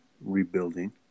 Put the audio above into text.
rebuilding